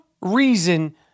reason